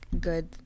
good